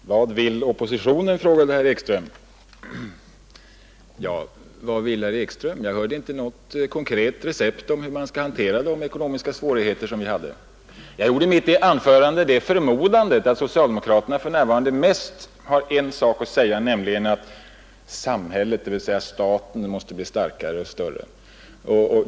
Herr talman! Vad vill oppositionen? frågade herr Ekström. Ja, vad vill herr Ekström? Jag hörde inte något konkret recept på hur man skall hantera de ekonomiska svårigheterna. Jag gjorde mitt i anförandet det förmodandet, att socialdemokraterna för närvarande mest har en sak att säga, nämligen att samhället, dvs. staten, måste bli starkare och större.